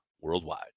worldwide